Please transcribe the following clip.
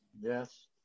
Yes